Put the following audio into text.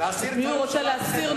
של מי הוא רוצה להסיר?